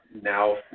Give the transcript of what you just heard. now